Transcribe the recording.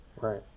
Right